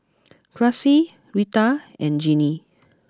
Classie Rita and Jeanne